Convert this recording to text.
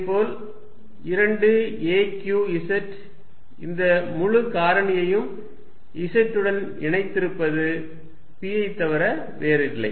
இதேபோல் 2 a q z இந்த முழு காரணியும் z உடன் இணைந்திருப்பது p ஐத் தவிர வேறில்லை